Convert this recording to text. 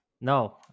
No